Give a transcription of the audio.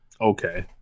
okay